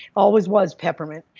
always was peppermint.